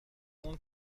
اون